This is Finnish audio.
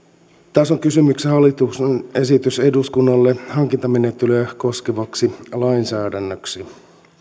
on kysymyksessä hallituksen esitys eduskunnalle hankintamenettelyä koskevaksi lainsäädännöksi